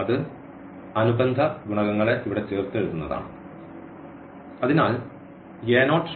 അത് അനുബന്ധ ഗുണകങ്ങളെ ഇവിടെ ചേർത്ത് എഴുതുന്നത് ആണ്